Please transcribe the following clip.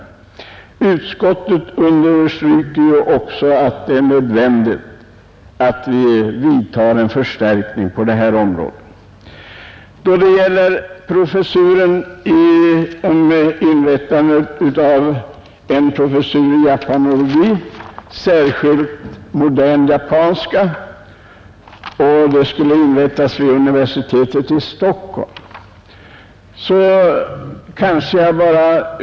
Utskottet understryker också att det är nödvändigt att vi gör en förstärkning på detta område. Vidare har jag varit med om att väcka en motion om inrättande av en professur i japanologi, särskilt modern japanska, vid universitetet i Stockholm.